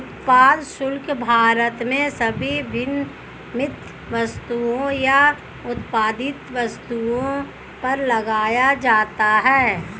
उत्पाद शुल्क भारत में सभी विनिर्मित वस्तुओं या उत्पादित वस्तुओं पर लगाया जाता है